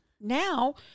Now